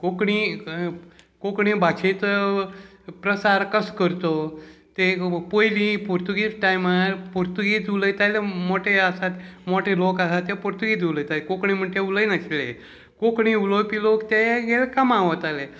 कोंकणी कोंकणी भाशेचो प्रसार कसो करचो ते पयली पुर्तुगीज टायमार पुर्तुगीज उलयताले मोटे आसात मोटे लोक आसा ते पुर्तुगीज उलयताले कोंकणी म्हणटा उलयनाशिल्ले कोंकणी उलोवपी लोक ते कामां वताले